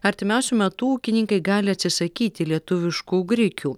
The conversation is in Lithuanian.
artimiausiu metu ūkininkai gali atsisakyti lietuviškų grikių